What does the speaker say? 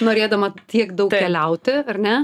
norėdama tiek daug keliauti ar ne